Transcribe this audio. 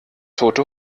tote